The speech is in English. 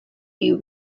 you